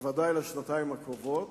בוודאי לשנתיים הקרובות,